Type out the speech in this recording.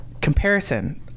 comparison